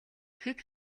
хэд